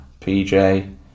PJ